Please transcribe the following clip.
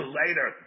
later